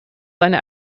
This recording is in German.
seine